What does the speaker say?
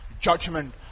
judgment